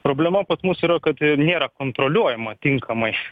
problema pas mus yra kad nėra kontroliuojama tinkamai